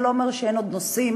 אתה יכול לקחת עוד שתי דקות.